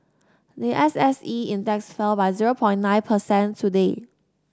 the S S E Index fell by zero point nine percent today